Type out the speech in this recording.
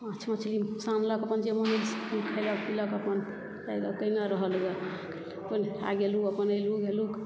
माछ मछली सब आनलक अपन जे मन भेल से खेलक पीलक अपन अपन एलहुँ गेलहुंँ